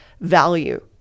value